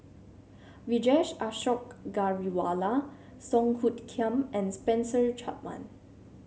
Vijesh Ashok Ghariwala Song Hoot Kiam and Spencer Chapman